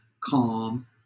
calm